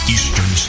Eastern